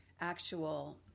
actual